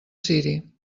ciri